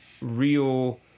real